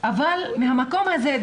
אבל מהמקום הזה,